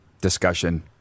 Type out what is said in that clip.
discussion